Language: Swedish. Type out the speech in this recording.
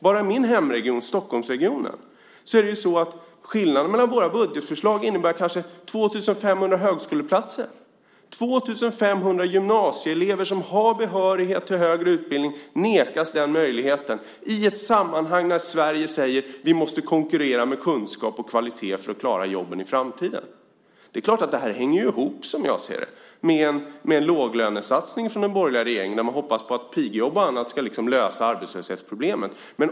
Bara i min hemregion, Stockholmsregionen, innebär skillnaden mellan våra budgetförslag kanske 2 500 högskoleplatser. 2 500 gymnasieelever som har behörighet till högre utbildning nekas den möjligheten i ett sammanhang när Sverige säger att man måste konkurrera med kunskap och kvalitet för att klara jobben i framtiden. Som jag ser det är det klart att det här hänger ihop med en låglönesatsning från den borgerliga regeringen. Man hoppas att pigjobb och annat ska lösa arbetslöshetsproblemen.